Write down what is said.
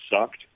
sucked